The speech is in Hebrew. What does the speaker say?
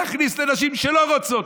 להכניס לנשים שלא רוצות,